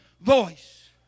voice